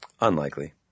Unlikely